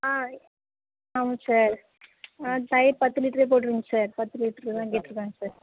ஆ ஆமாம் சார் தயிர் பத்து லிட்ரே போட்டிருங்க சார் பத்து லிட்ரு தான் கேட்டிருக்காங்க சார்